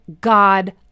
God